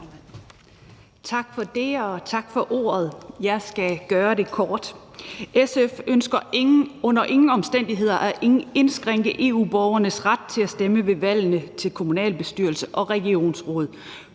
Tak for det, og tak for ordet. Jeg skal gøre det kort. SF ønsker under ingen omstændigheder at indskrænke EU-borgernes ret til at stemme ved valgene til kommunalbestyrelser og regionsråd